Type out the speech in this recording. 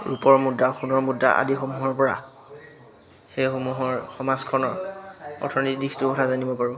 ৰূপৰমুদ্ৰা সোণৰ মুদ্ৰা আদিসমূহৰপৰা সেইসমূহৰ সমাজখনৰ অৰ্থনীতি দিশটোৰ কথা জানিব পাৰোঁ